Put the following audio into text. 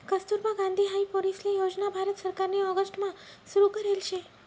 कस्तुरबा गांधी हाई पोरीसले योजना भारत सरकारनी ऑगस्ट मा सुरु करेल शे